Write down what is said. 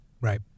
Right